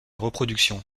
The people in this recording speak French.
reproductions